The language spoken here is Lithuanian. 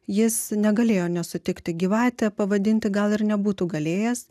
jis negalėjo nesutikti gyvate pavadinti gal ir nebūtų galėjęs